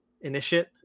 initiate